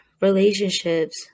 relationships